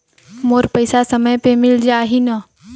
मोर पइसा समय पे मिल जाही न?